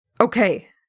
Okay